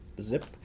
zip